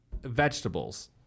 vegetables